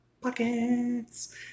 pockets